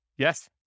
Yes